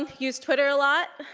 and use twitter a lot,